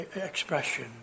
expression